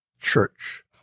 church